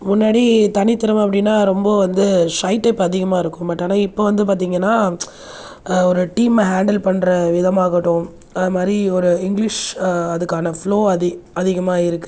முன்னாடி தனித்திறமை அப்படினா ரொம்ப வந்து ஷை டைப் அதிகமாக இருக்கும் பட் ஆனால் இப்போ வந்து பார்த்தீங்கன்னா ஒரு டீம் ஹேண்டில் பண்ணுற விதமாகட்டும் அது மாதிரி ஒரு இங்கிலீஷ் அதுக்கான ஃப்லோ அதிகமாக இருக்குது